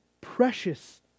Precious